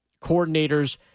coordinators